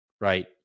right